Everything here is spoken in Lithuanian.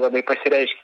labai pasireiškia